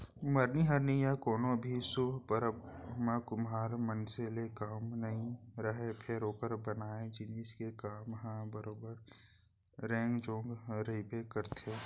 मरनी हरनी या कोनो भी सुभ परब म कुम्हार मनसे ले काम नइ रहय फेर ओकर बनाए जिनिस के काम ह बरोबर नेंग जोग रहिबे करथे